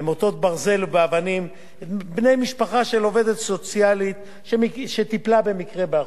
במוטות ברזל ובאבנים בני משפחה של עובדת סוציאלית שטיפלה במקרה באחותם.